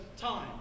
time